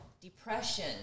depression